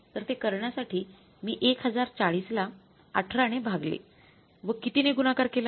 तर ते करण्यासाठी मी १०४० ला १८ ने भागले व कितीने गुणाकार केला